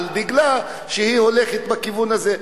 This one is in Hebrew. דגלה את המצע החברתי הולכת בכיוון הזה.